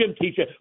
teacher